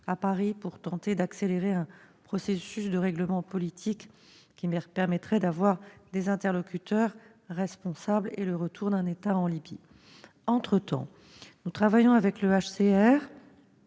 à Paris pour tenter d'accélérer un processus de règlement politique qui permettrait d'avoir des interlocuteurs responsables et le retour d'un État dans ce pays. Entre-temps, nous travaillons avec le